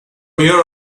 here